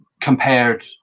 compared